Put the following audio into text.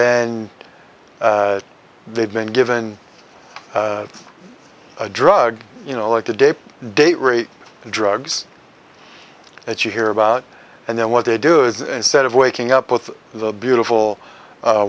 then they've been given a drug you know like today date rape drugs that you hear about and then what they do is instead of waking up with the beautiful